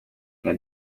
nka